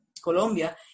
Colombia